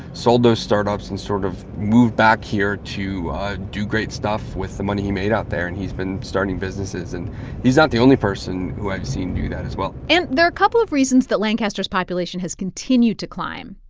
sold those startups and sort of moved back here to do great stuff with the money he made out there. and he's been starting businesses, and he's not the only person who i've seen do that, as well and there are a couple of reasons that lancaster's population has continued to climb.